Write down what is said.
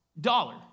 dollar